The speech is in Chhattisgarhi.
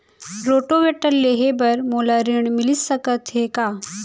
रोटोवेटर लेहे बर मोला ऋण मिलिस सकत हे का?